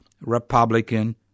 Republican